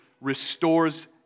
restores